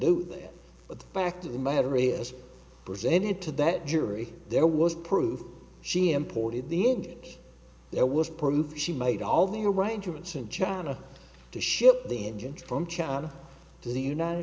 do that but the fact of the matter is presented to that jury there was proof she imported the image there was proof she made all the arrangements in china to ship the engines from china to the united